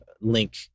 link